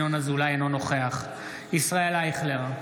אינו נוכח ישראל אייכלר,